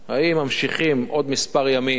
האם ממשיכים עוד כמה ימים,